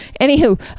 Anywho